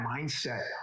mindset